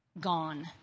Gone